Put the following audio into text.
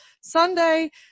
Sunday